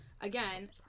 again